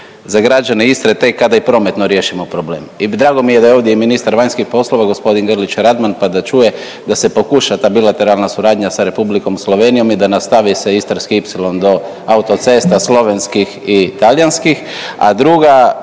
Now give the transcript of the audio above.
za građane Istre tek kada i prometno riješimo problem. I drago mi je da je ovdje i ministar vanjskih poslova gospodin Grlić Radman pa da čuje da se pokuša ta bilateralna suradnja sa Republikom Slovenijom i da nastavi se Istarski ipsilon do autocesta slovenskih i talijanskih. A druga,